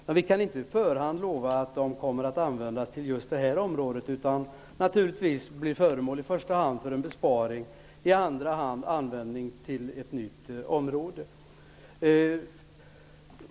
Men vi kan inte på förhand lova att de kommer att användas på just det här området. I första hand blir det naturligtvis fråga om en besparing, och i andra hand blir det fråga om att använda resurserna på ett nytt område.